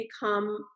become